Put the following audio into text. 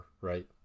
right